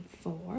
four